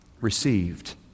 received